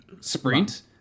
sprint